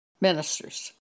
Ministers